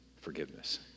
forgiveness